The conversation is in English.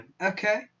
Okay